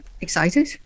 excited